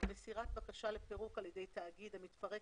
מסירת בקשה לפירוק על ידי תאגיד המתפרק